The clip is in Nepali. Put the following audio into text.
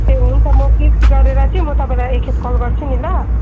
ए हुनु त म फिक्स गरेर चाहिँ म तपाईँलाई एखेप कल गर्छु नि ल